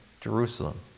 Jerusalem